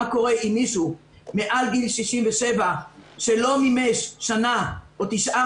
מה קורה עם מישהו מעל גיל 67 שלא מימש שנה או תשעה